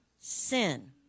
sin